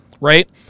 right